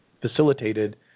facilitated